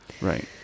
right